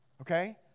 Okay